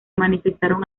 manifestaron